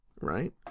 Right